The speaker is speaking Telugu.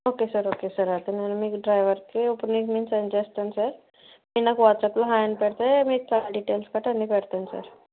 ఓకే సార్ ఓకే సార్ అయితే నేను మీకు డ్రైవర్కే ఇప్పుడు నేను మీకు సెండ్ చేస్తాను సార్ మీరు నాకు వాట్సప్లో హాయ్ అని పెడితే మీ కార్ డీటెయిల్స్తో పాటు అన్ని పెడతాను సార్